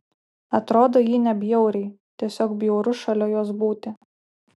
atrodo ji nebjauriai tiesiog bjauru šalia jos būti